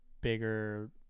bigger